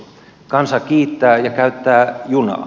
kansa kiittää ja käyttää junaa